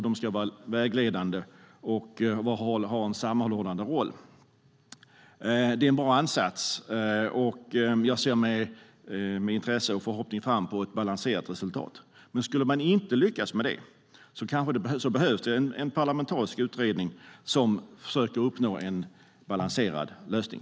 De ska vara vägledande och ha en sammanhållande roll. Det är en bra ansats, och jag ser med intresse och förhoppning fram emot ett balanserat resultat. Men skulle man inte lyckas med det behövs det en parlamentarisk utredning som försöker uppnå en balanserad lösning.